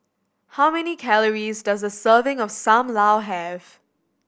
how many calories does a serving of Sam Lau have